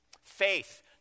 Faith